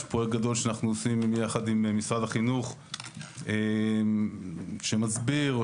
יש פרויקט גדול שאנחנו עושים ביחד עם משרד החינוך שמסביר או